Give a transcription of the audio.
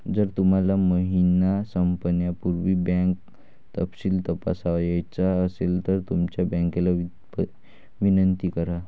जर तुम्हाला महिना संपण्यापूर्वी बँक तपशील तपासायचा असेल तर तुमच्या बँकेला विनंती करा